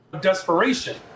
Desperation